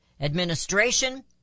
administration